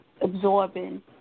absorbing